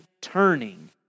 turning